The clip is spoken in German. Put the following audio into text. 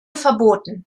verboten